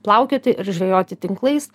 plaukioti ir žvejoti tinklais